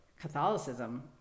Catholicism